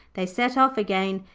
they set off again,